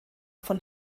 von